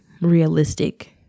realistic